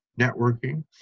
networking